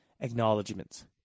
Acknowledgements